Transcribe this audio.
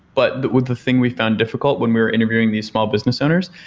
but with the thing we found difficult when we're interviewing these small business owners,